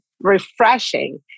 refreshing